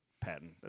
patent